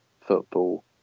football